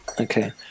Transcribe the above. okay